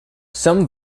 some